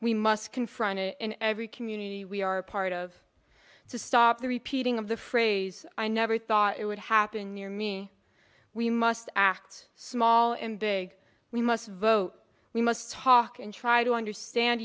we must confront in every community we are part of to stop the repeating of the phrase i never thought it would happen near me we must act small and big we must vote we must talk and try to understand